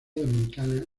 dominicana